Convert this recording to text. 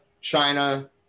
china